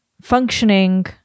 functioning